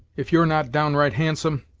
if you're not downright handsome,